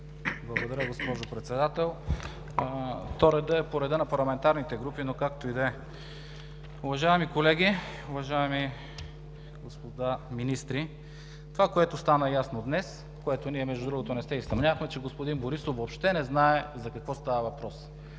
Благодаря Ви, госпожо Председател. То редът е по реда на парламентарните групи, но както и да е. Уважаеми колеги, уважаеми господа министри! Това, което стана ясно днес, в което ние, между другото, не се и съмнявахме – че господин Борисов въобще не знае за какво става въпрос.